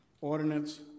ordinance